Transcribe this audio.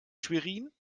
schwerin